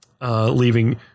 leaving